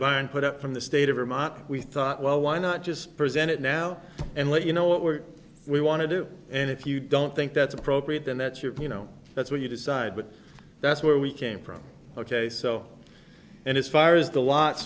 barn put up from the state of vermont we thought well why not just present it now and let you know what we're we want to do and if you don't think that's appropriate then that's your you know that's what you decide but that's where we came from ok so and as far as the lot